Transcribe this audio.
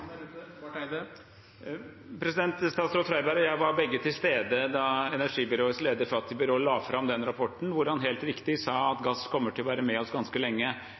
jeg var begge til stede da energibyråets leder, Fatih Birol, la fram den rapporten, hvor han helt riktig sa at gass kommer til å være med oss ganske lenge.